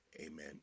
Amen